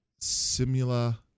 simula